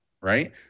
Right